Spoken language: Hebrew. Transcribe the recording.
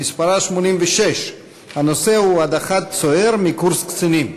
שמספרה 86. הנושא הוא: הדחת צוער מקורס קצינים.